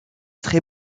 très